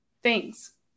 Thanks